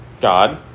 God